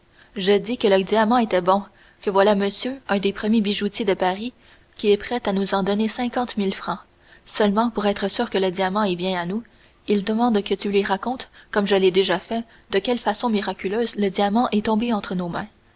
je dis que le diamant était bon que voilà monsieur un des premiers bijoutiers de paris qui est prêt à nous en donner cinquante mille francs seulement pour être sûr que le diamant est bien à nous il demande que tu lui racontes comme je l'ai déjà fait de quelle façon miraculeuse le diamant est tombé entre nos mains